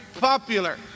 popular